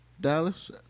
Dallas